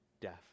death